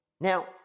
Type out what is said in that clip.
Now